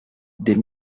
des